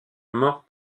mort